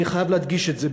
אני חייב להדגיש את זה,